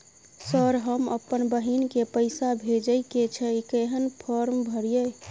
Sir हम अप्पन बहिन केँ पैसा भेजय केँ छै कहैन फार्म भरीय?